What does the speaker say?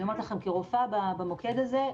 במוקד הזה,